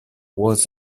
was